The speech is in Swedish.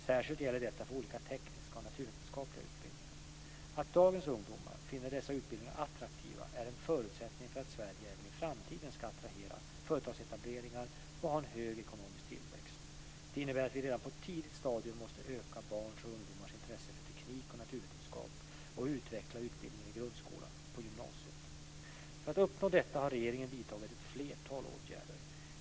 Särskilt gäller detta för olika tekniska och naturvetenskapliga utbildningar. Att dagens ungdomar finner dessa utbildningar attraktiva är en förutsättning för att Sverige även i framtiden ska attrahera företagsetableringar och ha en hög ekonomisk tillväxt. Det innebär att vi redan på ett tidigt stadium måste öka barns och ungdomars intresse för teknik och naturvetenskap och utveckla utbildningen i grundskolan och på gymnasiet. För att uppnå detta har regeringen redan vidtagit ett flertal åtgärder.